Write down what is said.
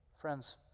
Friends